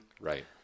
Right